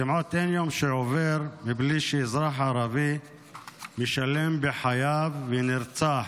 כמעט אין יום שעובר בלי שאזרח ערבי משלם בחייו ונרצח